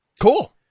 Cool